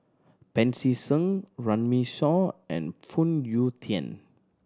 Pancy Seng Runme Shaw and Phoon Yew Tien